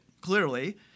clearly